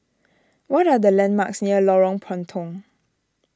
what are the landmarks near Lorong Puntong